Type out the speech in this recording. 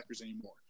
anymore